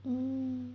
mm